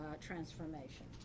transformation